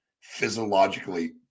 physiologically